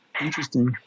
Interesting